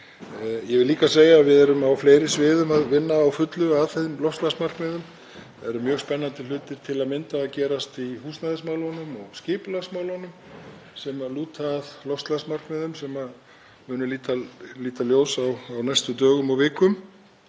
Ég vil líka segja að við erum á fleiri sviðum að vinna á fullu að þeim loftslagsmarkmiðum. Það eru mjög spennandi hlutir til að mynda að gerast í húsnæðismálunum og skipulagsmálunum sem lúta að loftslagsmarkmiðum sem munu líta ljós á næstu dögum og vikum.